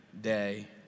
day